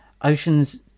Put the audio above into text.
Ocean's